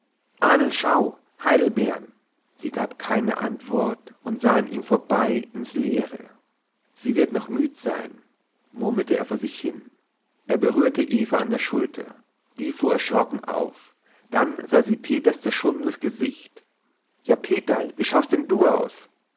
schau heidelbeeren sie gab keine antwort und sah an ihm vorbei ins leere sie wird noch müd sein murmelte er vor sich hin er berührte eva an der schulter die fuhr erschrocken auf dann sah sie peters zerschundenes gesicht ja peterl wie schaust denn du aus